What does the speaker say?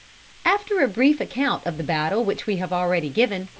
after a brief account of the battle which we have already given,